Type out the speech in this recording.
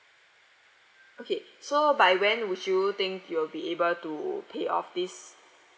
okay so by when would you think you will be able to pay off this